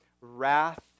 wrath